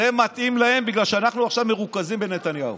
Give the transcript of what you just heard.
זה מתאים להם בגלל שאנחנו עכשיו מרוכזים בנתניהו,